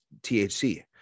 thc